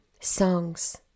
songs